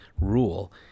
rule